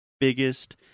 Biggest